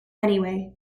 anyway